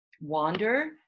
wander